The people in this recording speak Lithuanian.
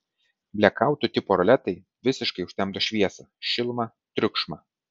blekautų tipo roletai visiškai užtemdo šviesą šilumą triukšmą